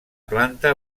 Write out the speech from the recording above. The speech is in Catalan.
planta